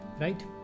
right